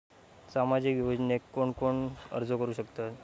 सामाजिक योजनेक कोण कोण अर्ज करू शकतत?